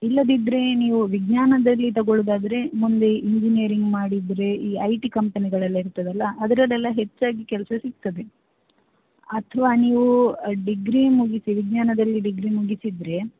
ಇಲ್ಲದಿದ್ದರೆ ನೀವು ವಿಜ್ಞಾನದಲ್ಲಿ ತಗೊಳೋದಾದ್ರೆ ಮುಂದೆ ಇಂಜಿನಿರಿಂಗ್ ಮಾಡಿದರೆ ಈ ಐ ಟಿ ಕಂಪನಿಗಳೆಲ್ಲ ಇರ್ತದಲ್ಲ ಅದರಲ್ಲೆಲ್ಲ ಹೆಚ್ಚಾಗಿ ಕೆಲಸ ಸಿಗ್ತದೆ ಅಥವಾ ನೀವು ಡಿಗ್ರಿ ಮುಗಿಸಿ ವಿಜ್ಞಾನದಲ್ಲಿ ಡಿಗ್ರಿ ಮುಗಿಸಿದರೆ